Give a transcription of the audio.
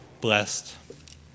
blessed